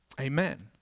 Amen